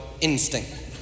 instinct